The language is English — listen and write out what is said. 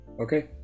Okay